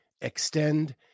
Extend